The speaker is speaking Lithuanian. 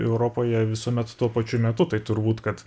europoje visuomet tuo pačiu metu tai turbūt kad